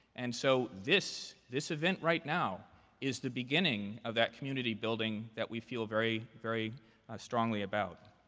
and so this this event right now is the beginning of that community-building that we feel very, very strongly about.